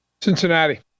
Cincinnati